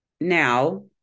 now